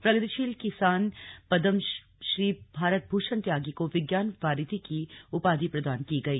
प्रगतिशील किसान पद्म श्री भारत भूषण त्यागी को विज्ञान वारिधि की उपाधि प्रदान की गई